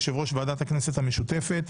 יושב-ראש ועדת הכנסת המשותפת,